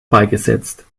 beigesetzt